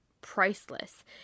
priceless